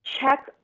Check